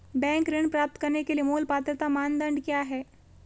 Bank ऋण प्राप्त करने के लिए मूल पात्रता मानदंड क्या हैं?